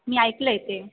मी ऐकलं आहे ते